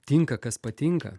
tinka kas patinka